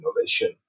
innovation